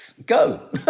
go